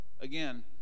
again